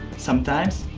sometimes.